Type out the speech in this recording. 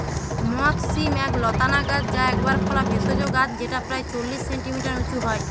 মথ শিম এক লতানা গাছ যা একবার ফলা ভেষজ গাছ যেটা প্রায় চল্লিশ সেন্টিমিটার উঁচু হয়